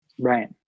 Right